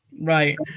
right